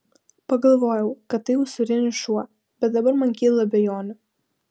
pagalvojau kad tai usūrinis šuo bet dabar man kyla abejonių